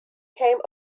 came